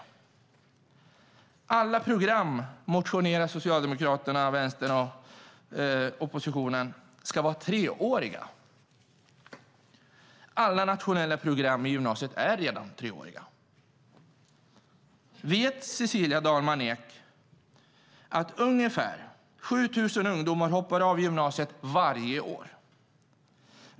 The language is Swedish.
Socialdemokraterna och Vänstern motionerar om att alla program ska vara treåriga. Alla nationella program är ju redan treåriga! Vet Cecilia Dalman Eek att ungefär 7 000 ungdomar hoppar av gymnasiet varje år?